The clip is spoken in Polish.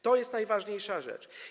To jest najważniejsza rzecz.